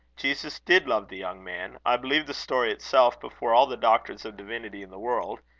jesus did love the young man. i believe the story itself before all the doctors of divinity in the world.